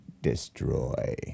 Destroy